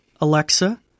Alexa